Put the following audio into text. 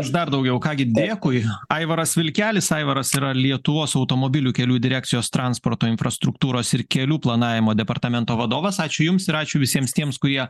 aš dar daugiau ką gi dėkui aivaras vilkelis aivaras yra lietuvos automobilių kelių direkcijos transporto infrastruktūros ir kelių planavimo departamento vadovas ačiū jums ir ačiū visiems tiems kurie